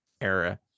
era